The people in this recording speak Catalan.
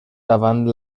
davant